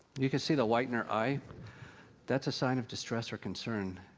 you can see the white in her eye that's a sign of distress, or concern.